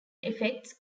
effects